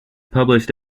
published